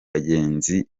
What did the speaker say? bagenzi